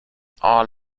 our